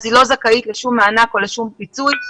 היא לא זכאית לשום מענק או לשום פיצוי.